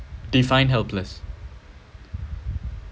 define helpless